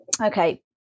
Okay